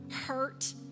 hurt